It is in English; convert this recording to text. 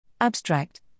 Abstract